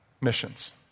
missions